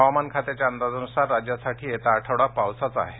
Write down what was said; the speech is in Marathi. हवामान खात्याच्या अंदाजानुसार राज्यासाठी येता आठवडा पावसाचा आहे